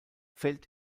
fällt